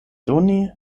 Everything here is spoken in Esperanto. doni